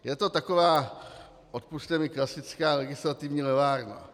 Je to taková, odpusťte mi, klasická legislativní levárna.